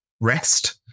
rest